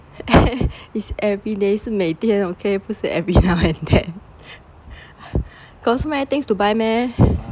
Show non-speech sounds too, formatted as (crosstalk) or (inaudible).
(laughs) is every day 是每天 okay 不是 every now and then got so many things to buy meh